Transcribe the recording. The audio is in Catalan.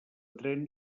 tren